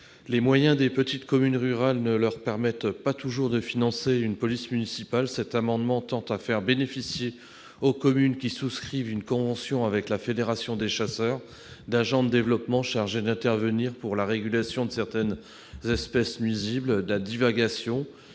disposent les petites communes rurales ne leur permettent pas toujours de financer la création d'une police municipale. Cet amendement tend à faire bénéficier aux communes qui souscrivent une convention avec la fédération de chasseurs d'agents de développement chargés d'intervenir pour la régulation de certaines espèces nuisibles, la divagation